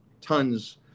tons